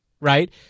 right